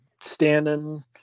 standing